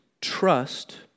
trust